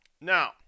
now